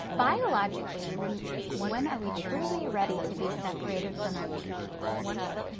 biologically, when when are we truly ready to be separated from our babies? so,